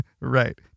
Right